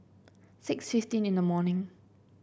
six fifteen in the morning